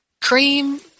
cream